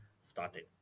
started